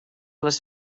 les